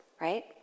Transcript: right